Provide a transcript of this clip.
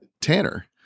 Tanner